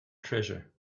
treasure